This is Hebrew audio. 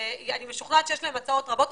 אני משוכנעת שיש להם הצעות רבות,